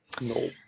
no